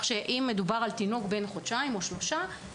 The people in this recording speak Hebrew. אם מדובר על תינוק בן חודשיים או שלושה,